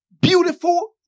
beautiful